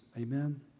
Amen